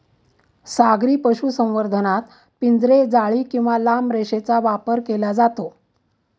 सागरी पशुसंवर्धनात पिंजरे, जाळी किंवा लांब रेषेचा वापर केला जातो